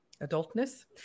adultness